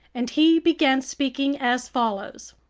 and he began speaking as follows